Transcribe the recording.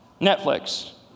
Netflix